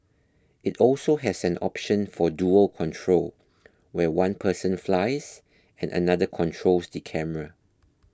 it also has an option for dual control where one person flies and another controls the camera